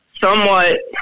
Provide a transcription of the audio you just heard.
somewhat